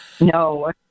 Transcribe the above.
No